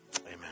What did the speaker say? Amen